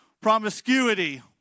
promiscuity